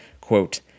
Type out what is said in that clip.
quote